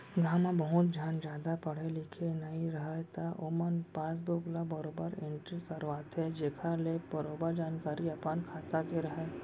गॉंव म बहुत झन जादा पढ़े लिखे नइ रहयँ त ओमन पासबुक ल बरोबर एंटरी करवाथें जेखर ले बरोबर जानकारी अपन खाता के राहय